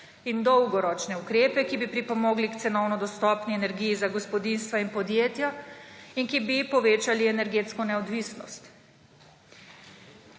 in dolgoročne ukrepe, ki bi pripomogli k cenovno dostopni energiji za gospodinjstva in podjetja in ki bi povečali energetsko neodvisnost.